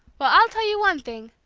well, i'll tell you one thing!